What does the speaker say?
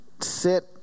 sit